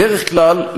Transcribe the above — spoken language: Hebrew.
בדרך כלל,